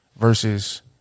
Versus